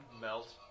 melt